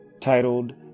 titled